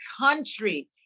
country